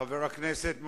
חבר הכנסת מוזס,